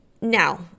now